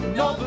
no